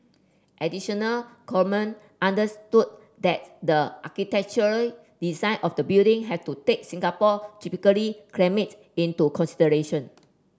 additional Coleman understood that the architectural design of the building had to take Singapore tropical climate into consideration